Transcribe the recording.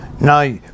Now